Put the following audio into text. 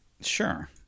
Sure